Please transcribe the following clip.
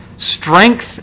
Strength